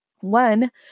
One